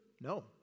No